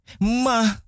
Ma